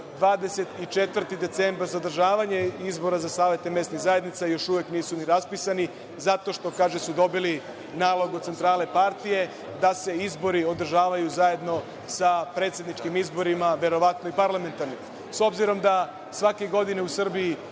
24. decembar za održavanje izbora za savete mesnih zajednica. Još uvek nisu ni raspisani zato što, kaže, su dobili nalog od centrale partije da se izbori održavaju zajedno sa predsedničkim izborima, verovatno i parlamentarnim.S obzirom da svake godine u Srbiji